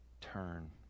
turn